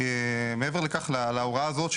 להוראה הזאת,